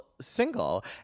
single